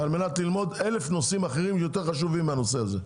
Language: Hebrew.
על מנת ללמוד אלף נושאים אחרים יותר חשובים מהנושא הזה.